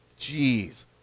Jeez